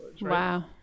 Wow